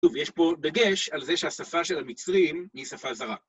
טוב, יש פה דגש על זה שהשפה של המצרים היא שפה זרה.